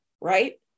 right